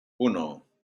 uno